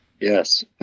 Yes